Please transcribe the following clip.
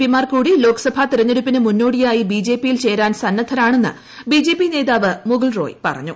പിമാർ കൂടി ലോക്സഭ തെരഞ്ഞെടുപ്പിന് മുന്നോടിയായി ബിജെപിയിൽ ചേരാൻ സന്നദ്ധരാണെന്ന് ബിജെപി നേതാവ് മുകുൽ റോയ് പറഞ്ഞു